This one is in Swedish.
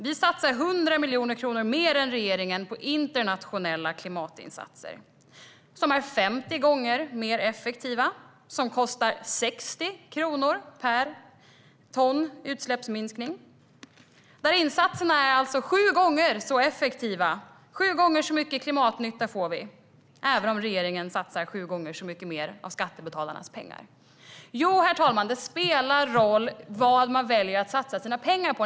Vi satsar 100 miljoner kronor mer än regeringen på internationella klimatinsatser, som är 50 gånger mer effektiva och som kostar 60 kronor per ton utsläppsminskning. Insatserna är alltså sju gånger så effektiva. Sju gånger så mycket klimatnytta får vi, även om regeringen satsar sju gånger mer av skattebetalarnas pengar. Jo, herr talman, det spelar roll vad man väljer att satsa sina pengar på.